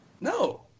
No